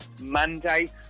Monday